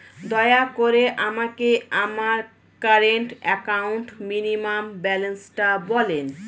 দয়া করে আমাকে আমার কারেন্ট অ্যাকাউন্ট মিনিমাম ব্যালান্সটা বলেন